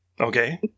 Okay